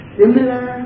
similar